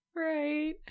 Right